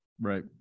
right